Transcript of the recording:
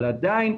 אבל עדיין,